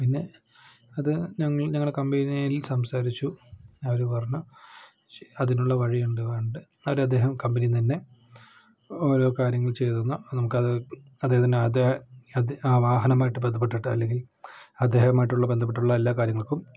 പിന്നെ അത് ഞങ്ങൾ ഞങ്ങളെ കമ്പനിയിൽ സംസാരിച്ചു അവർ പറഞ്ഞു അതിനുള്ള വഴിയുണ്ടെന്ന് പറഞ്ഞിട്ട് അവരദ്ദേഹം കമ്പനിയിൽ നിന്ന് തന്നെ ഓരോ കാര്യങ്ങൾ ചെയ്ത് തന്നു നമുക്കത് അദ്ദേഹത്തിൻ്റെ തന്നെ അതെ ആ വാഹനവുമായി ബന്ധപ്പെട്ടിട്ട് അല്ലെങ്കിൽ അദ്ദേഹവുമായിട്ടുള്ള ബന്ധപ്പെട്ടുള്ള എല്ലാ കാര്യങ്ങൾക്കും